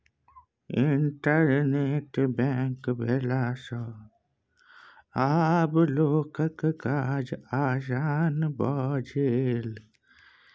internet bank भेला सँ आब लोकक काज आसान भए गेलै